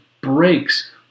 breaks